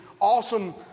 awesome